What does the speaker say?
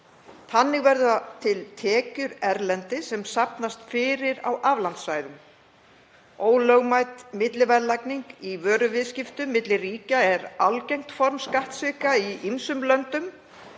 Þannig verða til tekjur erlendis sem safnast fyrir á aflandssvæðum. Ólögmæt milliverðlagning í vöruviðskiptum milli ríkja er algengt form skattsvika í ýmsum löndum.